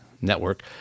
network